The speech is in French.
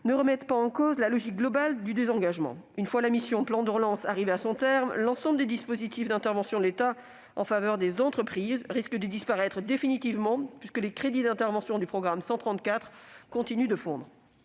ne remettent pas en cause cette logique globale de désengagement. Une fois cette mission arrivée à son terme, l'ensemble des dispositifs d'intervention de l'État en faveur des entreprises risque de disparaître définitivement, puisque les crédits d'intervention du programme 134 continuent de fondre.